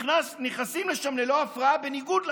נכנסים לשם ללא הפרעה, בניגוד לחוק.